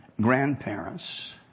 grandparents